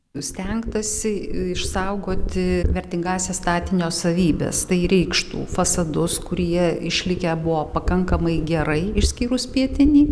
stengtasi išsaugoti vertingąsias statinio savybes tai reikštų fasadus kurie išlikę buvo pakankamai gerai išskyrus pietinį